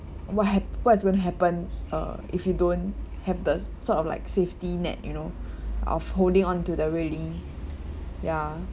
what what's going to happen uh if you don't have the sort of like safety net you know of holding onto the railing ya